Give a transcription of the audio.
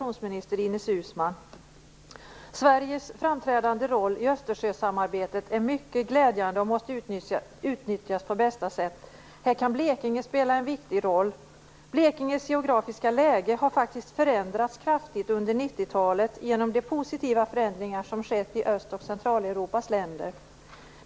Fru talman! Jag vill ställa en fråga till kommunikationsminister Ines Uusmann. Sveriges framträdande roll i Östersjösamarbetet är mycket glädjande och måste utnyttjas på bästa sätt. Här kan Blekinge spela en viktig roll. Blekinges geografiska läge har faktiskt förändrats kraftigt under 1990-talet genom de positiva förändringar som skett i Öst och Centraleuropas länder.